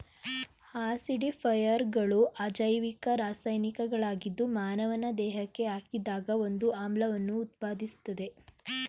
ಆಸಿಡಿಫೈಯರ್ಗಳು ಅಜೈವಿಕ ರಾಸಾಯನಿಕಗಳಾಗಿದ್ದು ಮಾನವನ ದೇಹಕ್ಕೆ ಹಾಕಿದಾಗ ಒಂದು ಆಮ್ಲವನ್ನು ಉತ್ಪಾದಿಸ್ತದೆ